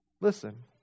Listen